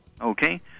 Okay